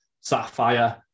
sapphire